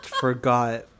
forgot